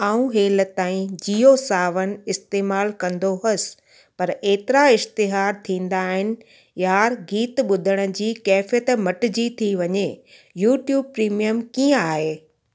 ऐं हेलि ताईं जियो सावन इस्तेमालु कंदो हुअसि पर एतिरा इश्तिहारु थींदा आहिनि यार गीत ॿुधण जी केफियत मटिजी थी वञे यूट्यूब प्रिमियम कीअं आहे